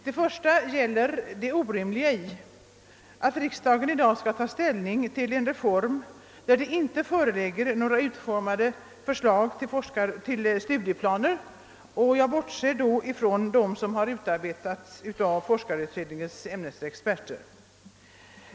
Den första gäller det orimliga att riksdagen i dag skall ta ställning till en reform där det inte föreligger några utformade förslag till studieplaner — jag bortser därvid från dem som utarbetats av forskarutredningens ämnesexperter.